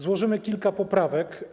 Złożymy kilka poprawek.